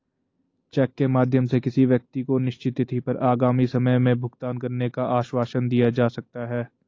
check के माध्यम से किसी व्यक्ति को निश्चित तिथि पर आगामी समय में भुगतान करने का आश्वासन दिया जा सकता है